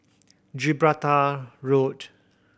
Gibraltar Road